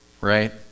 right